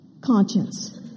conscience